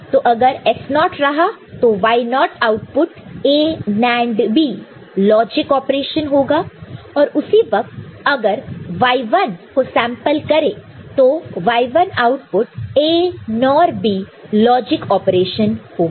तो अगर S 0 रहा तो Y0 output A NAND B logic operation होगा और उसी वक्त अगर Y1 को सेम्पल करें तो Y1 output A NOR B logic operation होगा